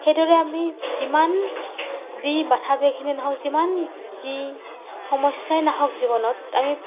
সেইদৰে আমি যিমান যি বাধা বিঘিনি নহওক যিমান যি সমস্যাই নাহওক জীৱনত আমি